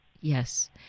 yes